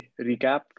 recap